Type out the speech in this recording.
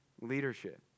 leadership